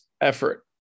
effort